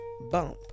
bump